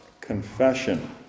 confession